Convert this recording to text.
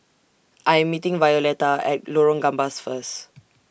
I'm meeting Violetta At Lorong Gambas First